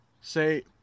Say